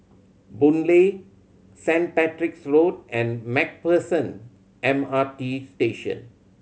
Boon Lay Saint Patrick's Road and Macpherson M R T Station